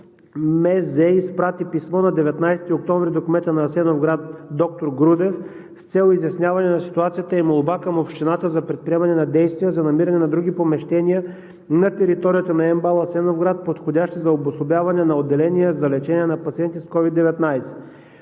изпрати писмо на 19 октомври до кмета на Асеновград доктор Грудев с цел изясняване на ситуацията и молба към общината за предприемане на действия за намиране на други помещения на територията на МБАЛ – Асеновград, подходящи за обособяване на отделения за лечение на пациенти с COVID-19.